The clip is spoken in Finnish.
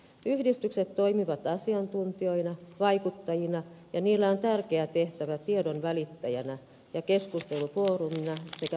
yhdistykset toimivat asiantuntijoina vaikuttajina ja niillä on tärkeä tehtävä tiedonvälittäjänä ja keskustelufoorumina sekä palvelujentuottajina